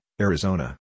Arizona